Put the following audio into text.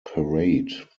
parade